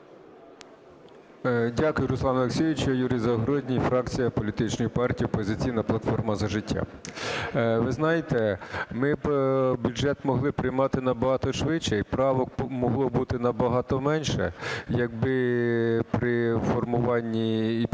Дякую, Руслане Олексійовичу. Юрій Загородній, фракція політичної партії "Опозиційна платформа – За життя". Ви знаєте, ми бюджет могли б приймати набагато швидше і правок могло б бути набагато менше, якби при формуванні і підготовці